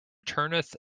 turneth